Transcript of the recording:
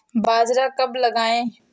बाजरा कब लगाएँ?